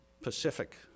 Pacific